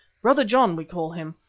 brother john, we call him.